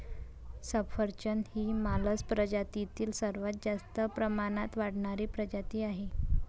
सफरचंद ही मालस प्रजातीतील सर्वात जास्त प्रमाणात वाढणारी प्रजाती आहे